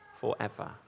forever